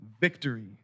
victory